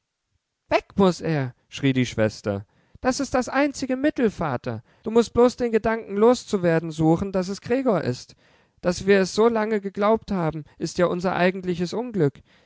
weg muß er rief die schwester das ist das einzige mittel vater du mußt bloß den gedanken loszuwerden suchen daß es gregor ist daß wir es so lange geglaubt haben ist ja unser eigentliches unglück